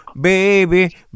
Baby